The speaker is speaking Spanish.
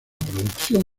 producción